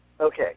Okay